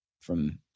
from-